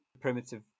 primitive